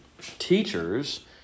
teachers